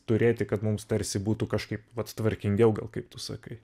turėti kad mums tarsi būtų kažkaip vat tvarkingiau gal kaip tu sakai